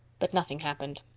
but nothing happened.